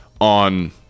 on